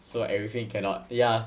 so everything cannot ya